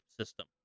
System